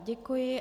Děkuji.